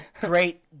great